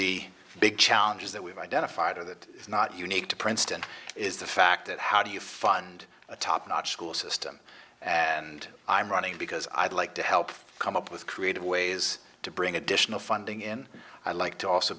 the big challenges that we've identified or that is not unique to princeton is the fact that how do you fund a top notch school system and i'm running because i'd like to help come up with creative ways to bring additional funding in i'd like to also